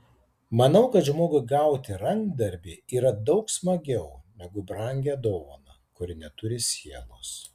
manau kad žmogui gauti rankdarbį yra daug smagiau negu brangią dovaną kuri neturi sielos